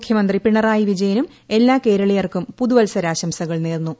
മുഖ്യമന്ത്രി പിണറായി വിജയനും എല്ലാ കേരളീയർക്കും പുതുവത്സരാശംസകൾ നേർന്നു